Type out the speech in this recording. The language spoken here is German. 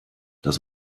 das